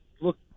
look